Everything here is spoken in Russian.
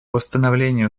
восстановлению